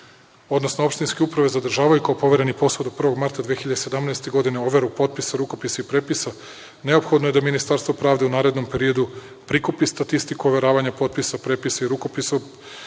odnosno opštinske uprave zadržavaju kao povereni posao da 1. marta 2017. godine overu potpisa, rukopisa i prepisa. Neophodno je da Ministarstvo pravde u narednom periodu prikupi statistiku overavanja potpisa, rukopisa i potpisa, a radi